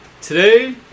Today